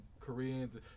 Koreans